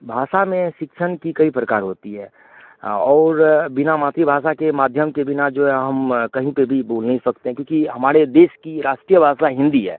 भाषा में सिक्षण के कई प्रकार होते हैं और बिना मातृभाषा के माध्यम के बिना जो है हम कही पर भी बोल नहीं सकते हैं क्योंकि हमारे देश की राष्ट्रीय भाषा हिन्दी है